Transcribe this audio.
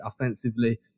Offensively